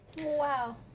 Wow